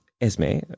Esme